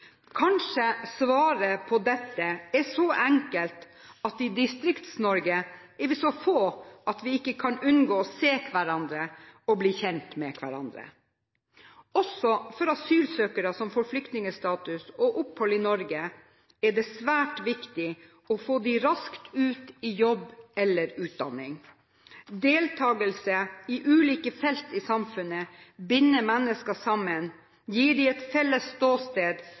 Kanskje svaret på dette er så enkelt at i Distrikts-Norge er vi så få at vi ikke kan unngå å se hverandre og bli kjent med hverandre. Også for asylsøkere som får flyktningstatus og opphold i Norge, er det svært viktig å komme raskt ut i jobb eller utdanning. Deltakelse på ulike felt i samfunnet binder mennesker sammen, gir dem et felles ståsted